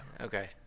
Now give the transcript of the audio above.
Okay